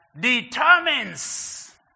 determines